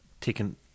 taken